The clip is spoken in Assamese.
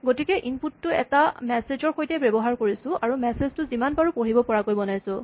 গতিকে ইনপুট টো এটা মেছেজ ৰ সৈতে ব্যৱহাৰ কৰিছোঁ আৰু মেছেজ টো যিমান পাৰোঁ পঢ়িব পৰাকে বনাইছোঁ